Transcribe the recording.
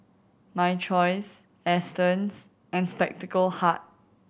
My Choice Astons and Spectacle Hut